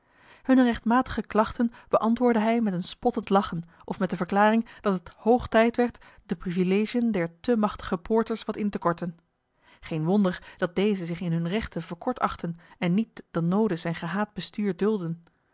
hunne rechtmatige klachten beantwoordde hij met een spottend lachen of met de verklaring dat het hoog tijd werd de privilegiën der te machtige poorters wat in te korten geen wonder dat dezen zich in hunne rechten verkort achtten en niet dan noode zijn gehaat bestuur duldden